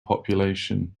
population